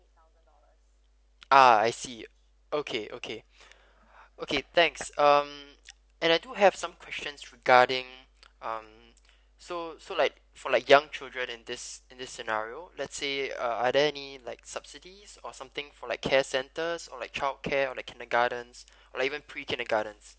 uh I see okay okay okay thanks um and I do have some questions regarding um so so like for like young children and this in this scenario let's say err are there any like subsidies or something for like care centers or like childcare or like kindergartens or like even pre kindergarten